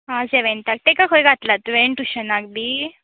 आं सॅवँताक ताका खंय घातला तुवें टुशनाक बी